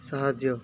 ସାହାଯ୍ୟ